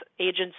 agents